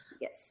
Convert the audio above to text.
Yes